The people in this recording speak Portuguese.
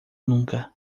nunca